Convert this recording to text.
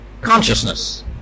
consciousness